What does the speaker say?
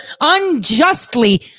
unjustly